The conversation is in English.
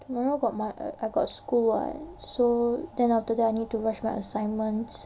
tomorrow got my err I got school what so then after that I need to rush my assignments